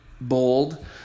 bold